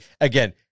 again